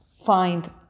find